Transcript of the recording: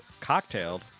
cocktailed